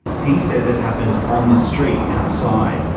he says it happened on the street outside.